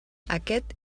aquest